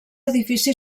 edifici